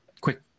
quick